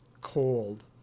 cold